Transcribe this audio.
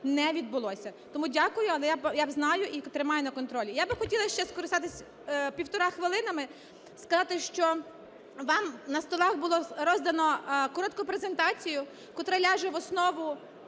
не відбулося. Тому дякую, але я знаю і тримаю на контролі. Я би хотіла ще скористатись півтора хвилинами, сказати, що вам на столах було роздано коротку презентацію, котра ляже в основу